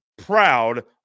proud